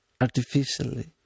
artificially